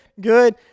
good